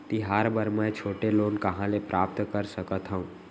तिहार बर मै छोटे लोन कहाँ ले प्राप्त कर सकत हव?